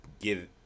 give